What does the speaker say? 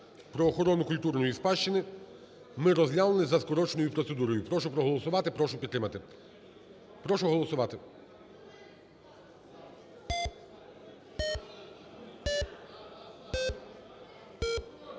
про охорону культурної спадщини, ми розглянемо за скороченою процедурою. Прошу проголосувати. Прошу підтримати. Прошу голосувати.